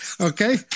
Okay